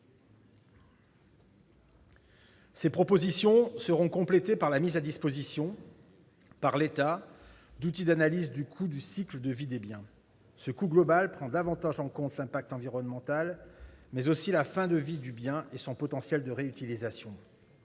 Ces propositions seront complétées par la mise à disposition, par l'État, d'outils d'analyse du coût du cycle de vie des biens. Ce coût global prend davantage en compte l'impact environnemental, mais aussi la fin de vie du bien et son potentiel de réutilisation.